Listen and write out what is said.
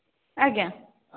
ଆଜ୍ଞା